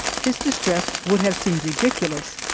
his distress would have seemed ridiculous.